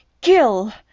Kill